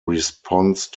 response